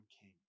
King